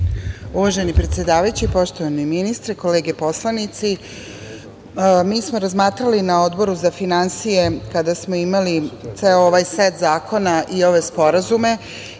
Uvaženi predsedavajući, poštovani ministre, kolege poslanici, mi smo razmatrali na Odboru za finansije kada smo imali ceo ovaj set zakona i ove sporazume